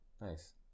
Nice